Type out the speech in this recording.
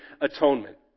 atonement